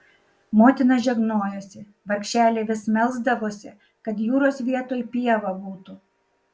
motina žegnojosi vargšelė vis melsdavosi kad jūros vietoj pieva būtų